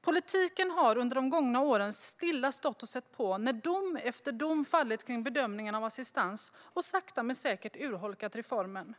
Politiken har under de gångna åren stilla stått och sett på när dom efter dom fallit om bedömningen av assistans och sakta men säkert urholkat reformen.